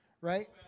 right